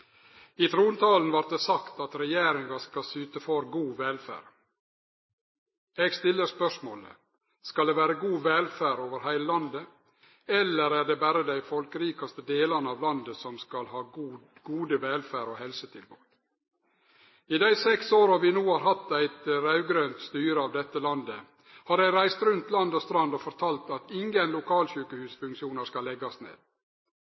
I trontalen vart det sagt at regjeringa skal syte for god velferd. Eg stiller spørsmålet: Skal det vere god velferd over heile landet, eller er det berre dei folkerikaste delane av landet som skal ha gode velferds- og helsetilbod? I dei seks åra vi no har hatt eit raud-grønt styre i dette landet, har dei reist land og strand rundt og fortalt at ingen lokalsjukehusfunksjonar skal leggjast ned.